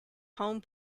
home